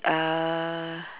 uh